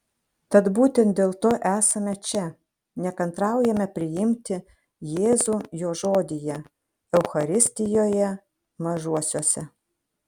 tad būtent dėl to esame čia nekantraujame priimti jėzų jo žodyje eucharistijoje mažuosiuose